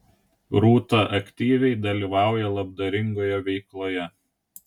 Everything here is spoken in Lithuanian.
rūta aktyviai dalyvauja labdaringoje veikloje